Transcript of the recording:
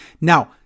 Now